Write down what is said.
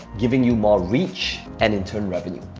giving you more reach and in turn revenue.